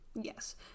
Yes